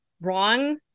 wrong